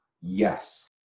yes